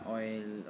oil